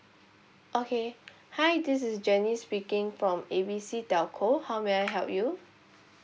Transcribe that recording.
okay hi this is jenny speaking from A B C telco how may I help you